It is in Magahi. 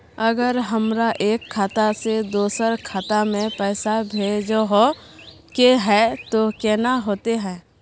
अगर हमरा एक खाता से दोसर खाता में पैसा भेजोहो के है तो केना होते है?